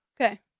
Okay